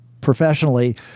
professionally